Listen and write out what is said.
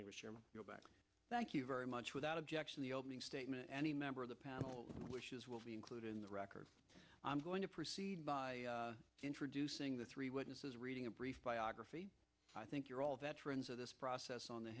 look back thank you very much without objection the opening statement any member of the panel will be included in the record i'm going to proceed by introducing the three witnesses reading a brief biography i think you're all veterans of this process on the